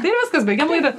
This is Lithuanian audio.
tai ir viskas baigiam laidą